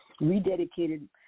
rededicated